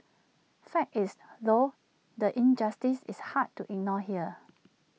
fact is though the injustice is hard to ignore here